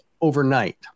overnight